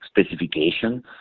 specification